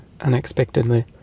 unexpectedly